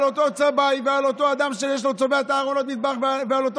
על אותו צבע ועל אותו אדם שצובע את ארונות המטבח ועל אותו